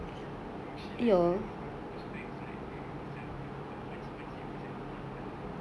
oo she like what all tho~ all those bags like the macam the mak cik mak cik always like to carry [one] ah